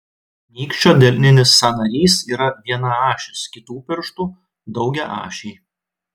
nykščio delninis sąnarys yra vienaašis kitų pirštų daugiaašiai